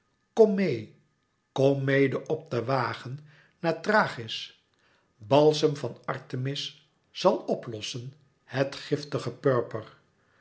kom meê kom mede op den wagen naar thrachis balsem van artemis zal p lossen het giftige purper